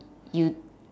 you